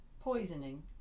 poisoning